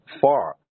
far